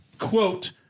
quote